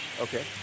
Okay